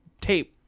tape